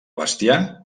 bestiar